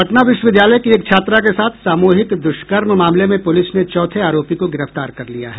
पटना विश्वविद्यालय की एक छात्रा के साथ सामूहिक दुष्कर्म मामले में पुलिस ने चौथे आरोपी को गिरफ्तार कर लिया है